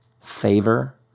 favor